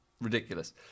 Ridiculous